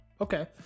Okay